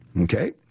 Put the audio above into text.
Okay